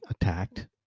attacked